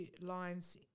lines